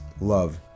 love